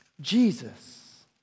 Jesus